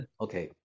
Okay